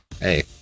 Hey